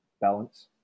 balance